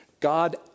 God